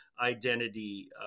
identity